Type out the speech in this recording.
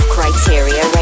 Criteria